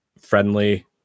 friendly